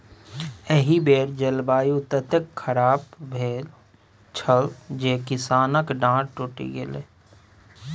एहि बेर जलवायु ततेक खराप भेल छल जे किसानक डांर टुटि गेलै